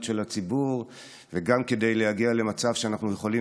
של הציבור וגם כדי להגיע למצב שאנחנו יכולים,